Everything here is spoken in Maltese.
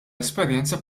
esperjenza